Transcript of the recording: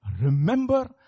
remember